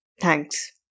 Thanks